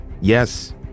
Yes